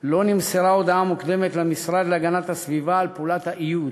לא נמסרה הודעה מוקדמת למשרד להגנת הסביבה על פעולת האיוד,